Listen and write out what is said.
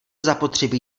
zapotřebí